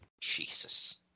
Jesus